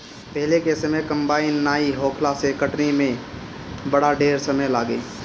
पहिले के समय कंबाइन नाइ होखला से कटनी में बड़ा ढेर समय लागे